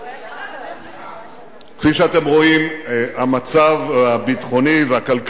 כפי שאתם רואים, המצב הביטחוני והכלכלי